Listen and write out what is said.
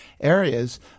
areas